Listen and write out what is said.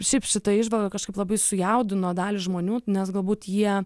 šiaip šita įžvalga kažkaip labai sujaudino dalį žmonių nes galbūt jie